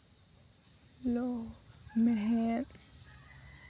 ᱫᱚ ᱢᱮᱬᱦᱮᱫ